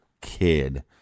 kid